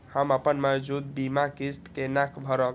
हम अपन मौजूद बीमा किस्त केना भरब?